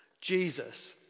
Jesus